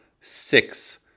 six